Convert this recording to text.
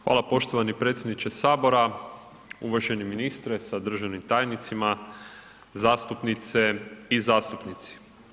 Hvala poštovani predsjedniče Sabora, uvaženi ministre sa državnim tajnicima, zastupnice i zastupnici.